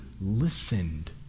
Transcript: listened